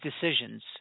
decisions